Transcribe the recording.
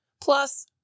Plus